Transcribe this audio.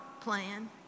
plan